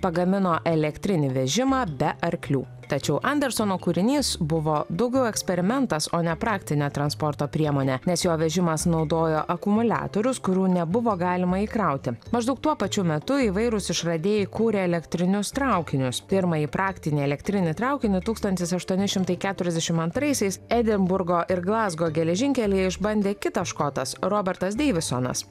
pagamino elektrinį vežimą be arklių tačiau andersono kūrinys buvo daugiau eksperimentas o ne praktinė transporto priemonė nes jo vežimas naudojo akumuliatorius kurių nebuvo galima įkrauti maždaug tuo pačiu metu įvairūs išradėjai kūrė elektrinius traukinius pirmąjį praktinį elektrinį traukinį tūkstantis aštuoni šimtai keturiasdešim antraisiais edinburgo ir glazgo geležinkelyje išbandė kitas škotas robertas deivisonas